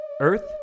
Earth